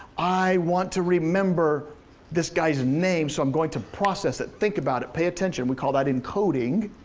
i want to remember this guys name, so i'm going to process it, think about it, pay attention. we call that encoding.